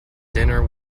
dinner